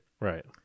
Right